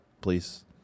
please